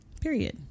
Period